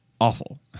awful